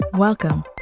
Welcome